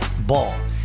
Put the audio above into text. Ball